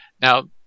Now